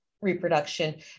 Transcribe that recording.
reproduction